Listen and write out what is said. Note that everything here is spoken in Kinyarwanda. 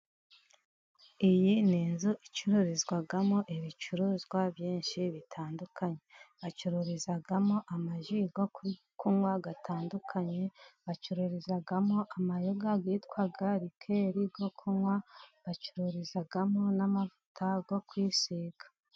Iyi n'inzu icururizwamo ibicuruzwa byinshi bitandukanye, bacururizamo amaji yo ku kunywa atandukanye, bacururizamo amayoga yitwa rikeri yo kunywa, bacururizamo n'amavuta yo kwisiga.